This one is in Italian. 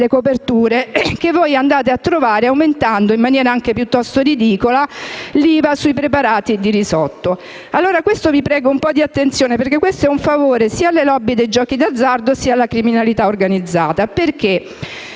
coperture che voi andate a trovare aumentando - in maniera anche piuttosto ridicola - l'IVA sui preparati di risotto. Vi prego, un po' di attenzione: questo è un favore sia alle *lobby* dei giochi d'azzardo sia alla criminalità organizzata. La